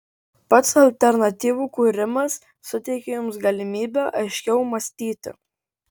pats alternatyvų kūrimas suteikia jums galimybę aiškiau mąstyti